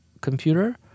computer